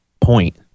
point